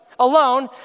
Alone